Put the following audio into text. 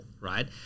right